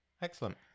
Excellent